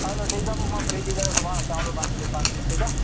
हलो ठीकु आहे पोइ मां फ्री थी करे सुभाणे अचांव थो तव्हांजी दुकान ते ठीकु आहे